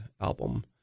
album